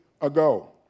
ago